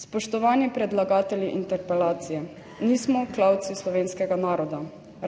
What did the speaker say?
Spoštovani predlagatelji interpelacije, nismo klavci slovenskega naroda.